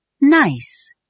Nice